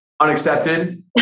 Unaccepted